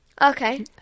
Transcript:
Okay